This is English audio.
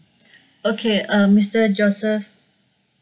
okay uh mister joseph